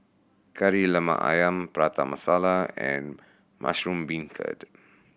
Kari Lemak Ayam Prata Masala and mushroom beancurd